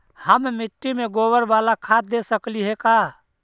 हम मिट्टी में गोबर बाला खाद दे सकली हे का?